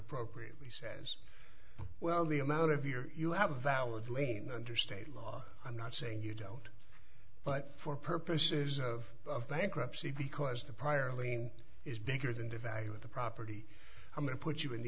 appropriately says well the amount of your you have a valid meaning under state law i'm not saying you don't but for purposes of bankruptcy because the prior lien is bigger than the value of the property i'm going to put you in